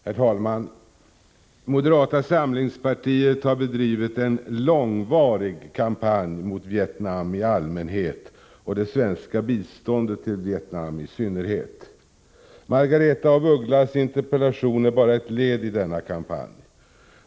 Herr talman! Moderata samlingspartiet har bedrivit en långvarig kampanj mot Vietnam i allmänhet och det svenska biståndet till Vietnam i synnerhet. Margaretha af Ugglas interpellation är bara ett led i denna kampanj.